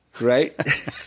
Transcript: right